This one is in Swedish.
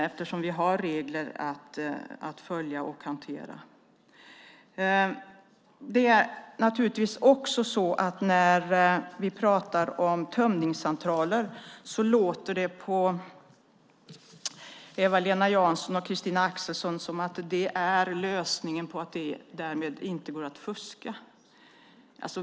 Vi har nämligen regler att följa och hantera. När vi pratar om tömningscentraler låter det på Eva-Lena Jansson och Christina Axelsson som att det är lösningen och att det därmed inte går att fuska.